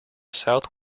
south